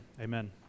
Amen